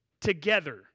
together